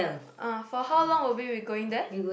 uh for how long will we be going there